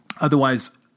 Otherwise